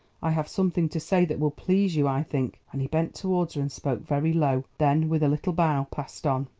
i have something to say that will please you, i think, and he bent towards her, and spoke very low, then, with a little bow, passed on.